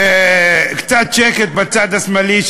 קצת שקט בצד השמאלי.